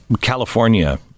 California